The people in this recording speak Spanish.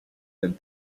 del